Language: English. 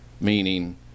meaning